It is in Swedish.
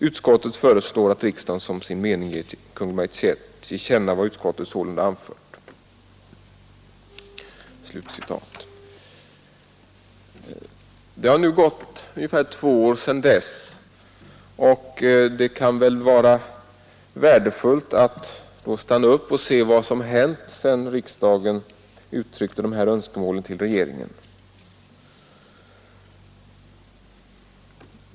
Utskottet föreslår att riksdagen som sin mening ger Kungl. Maj:t till känna vad utskottet sålunda anfört.” Det har nu gått ungefär två år, och det kan vara värdefullt att stanna upp och se vad som hänt sedan riksdagen uttryckte dessa önskemål till regeringen.